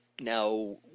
Now